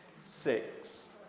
six